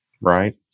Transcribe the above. right